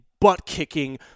butt-kicking